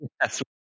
Yes